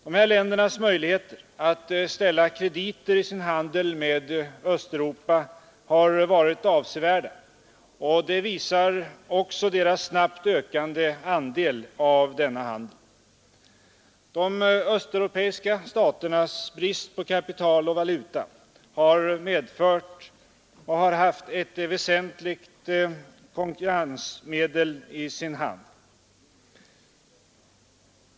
Dessa länders möjligheter att ställa krediter i sin handel med Östeuropa har varit avsevärda, och det visar också deras snabbt ökande andel av denna handel. De östeuropeiska staternas brist på kapital och valuta har medfört att de länder som kan erbjuda förmånliga krediter har haft ett väsentligt konkurrensmedel i sin hand.